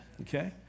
Okay